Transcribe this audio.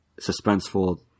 suspenseful